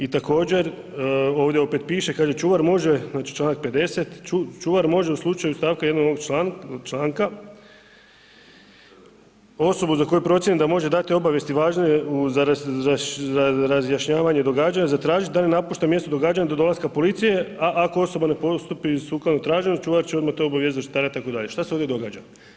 I također ovdje opet piše, kaže, čuvar može, članak 50. čuvar može u slučaju stavaka 1. ovog članka, osobu za koju procijeni da može dati obavijesti važna je u razjašnjavanju događanja, zatražiti da ne napušta mjesto događanja do dolaska policije, a ako osoba ne postupi sukladno traženju, čuvar će odmah to obavijestiti zaštitara itd. što se ovdje događa?